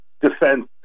defense